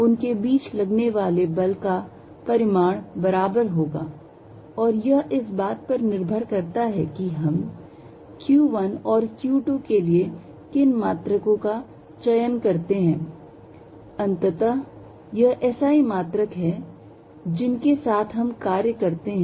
उनके बीच लगने वाले बल का परिमाण बराबर होगा और यह इस बात पर निर्भर करता है कि हम q 1 और q 2 के लिए किन मात्रकों का चयन करते हैं अंततः यह SI मात्रक है जिनके साथ हम कार्य करते हैं